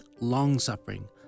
longsuffering